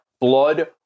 blood